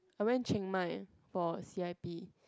I went Chiang-Mai for C_I_P